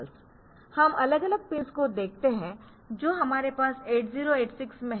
हम अलग अलग पिन्स को देखते है जो हमारे पास 8086 में है